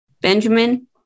Benjamin